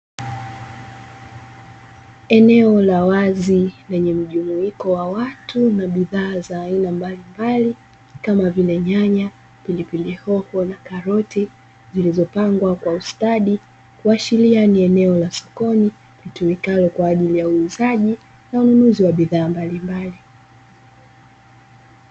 Eneo la wazi lenye mjumuiko wa watu na bidhaa za aina mbalimbali kama vile nyanya, pilipili hoho na karoti zilizopangwa kwa ustadi kuashiria ni eneo la sokoni litumikalo kwa ajili ya uuzaji na ununuzi wa bidhaa mbalimbali.